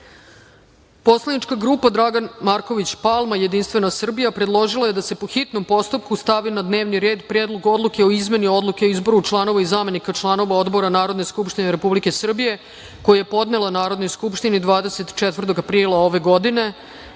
zakona. Poslanička grupa Dragan Marković Palma – Jedinstvena Srbija predložila je da se, po hitnom postupku, stavi na dnevni red Predlog odluke o izmeni Odluke o izboru članova i zamenika članova odbora Narodne skupštine Republike Srbije, koji je podnela Narodnoj skupštini 24. aprila ove godine